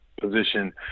position